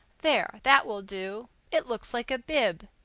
there, that will do. it looks like a bib.